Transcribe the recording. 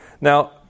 now